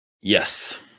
yes